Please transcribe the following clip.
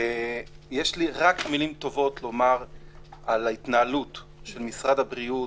יש לי רק מילים טובות לומר על ההתנהלות של משרד הבריאות,